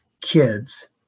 kids